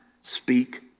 speak